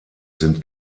sind